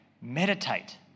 meditate